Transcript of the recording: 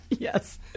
Yes